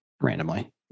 randomly